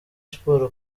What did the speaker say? sports